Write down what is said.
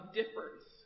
difference